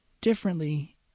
differently